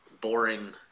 boring